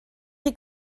chi